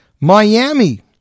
Miami